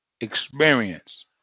experience